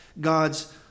God's